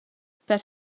per